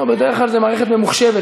לא, בדרך כלל זו מערכת ממוחשבת.